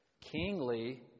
kingly